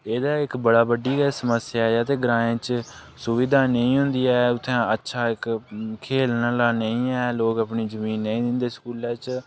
एह्दा इक बड़ा बड्डी गै समस्या ऐ ते ग्रांएं च सुविधा नेईं होंदी ऐ उ'त्थें अच्छा इक खेल्लना आह्ला नेईं ऐ लोग अपनी जमीन नेईं दिंदे स्कूलै च